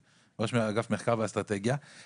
ראש מינהל אגף מחקר ואסטרטגיה ברשות החרדית.